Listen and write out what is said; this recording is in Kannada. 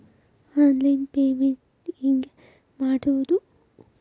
ಆನ್ಲೈನ್ ಪೇಮೆಂಟ್ ಹೆಂಗ್ ಮಾಡೋದು?